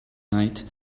night